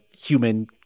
human